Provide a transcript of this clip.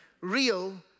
real